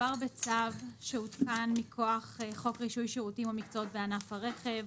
מדובר בצו שהותקן מכוח חוק רישוי שירותים ומקצועות בענף הרכב.